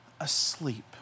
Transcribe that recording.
asleep